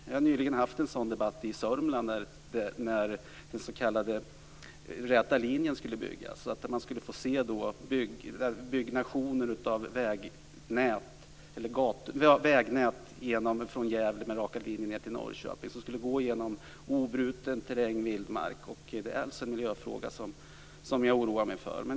Vi har nyligen haft en sådan debatt i Sörmland när den s.k. räta linjen skulle byggas. Det skulle bli byggnation av vägnät från Gävle ned till Norrköping som skulle gå genom obruten terräng och vildmark. Detta är alltså en miljöfråga som jag oroar mig för.